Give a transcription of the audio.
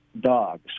dogs